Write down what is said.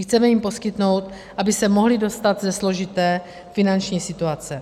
Chceme jim poskytnout, aby se mohly dostat ze složité finanční situace.